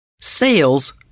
Sales